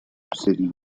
city